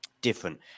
different